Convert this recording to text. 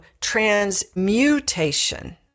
transmutation